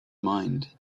mind